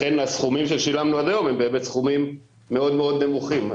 לכן הסכומים ששילמנו עד היום הם באמת סכומים מאוד מאוד נמוכים.